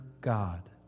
God